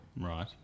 Right